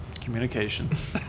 communications